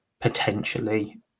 potentially